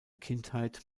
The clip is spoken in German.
kindheit